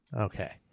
Okay